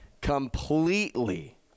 completely